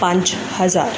ਪੰਜ ਹਜ਼ਾਰ